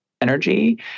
energy